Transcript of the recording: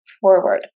forward